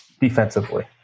defensively